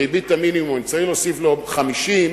בריבית המינימום צריך להוסיף לו 50,